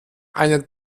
einer